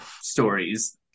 stories